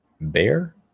bear